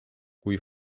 kui